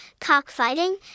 cockfighting